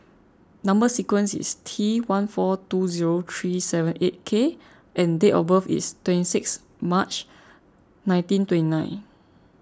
Number Sequence is T one four two zero three seven eight K and date of birth is twenty six March nineteen twenty nine